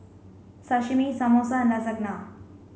Sashimi Samosa and Lasagna